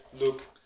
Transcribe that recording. look